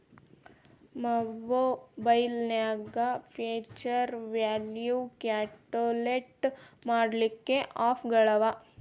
ಮಒಬೈಲ್ನ್ಯಾಗ್ future value calculate ಮಾಡ್ಲಿಕ್ಕೆ app ಗಳವ